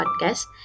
podcast